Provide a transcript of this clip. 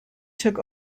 took